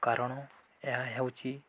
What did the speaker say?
କାରଣ ଏହା ହେଉଛି